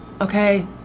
okay